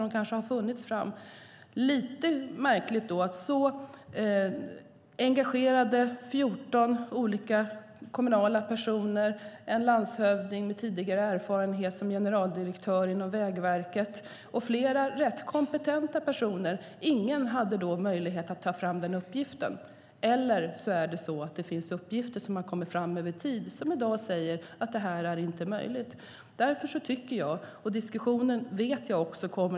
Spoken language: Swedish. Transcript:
Då är det lite märkligt att 14 så engagerade kommunala personer, en landshövding med tidigare erfarenhet som generaldirektör inom Vägverket och flera andra rätt kompetenta personer inte hade möjlighet att ta fram den uppgiften. Eller så är det så att det finns uppgifter som har kommit fram över tid som i dag säger att detta inte är möjligt.